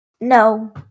No